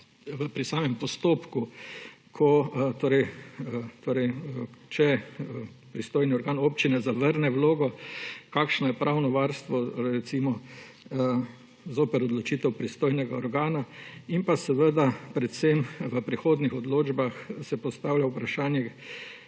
pri samem postopku. Če pristojni organ občine zavrne vlogo, kakšno je pravno varstvo, recimo, zoper odločitev pristojnega organa in predvsem v prehodnih odločbah, se postavlja vprašanje,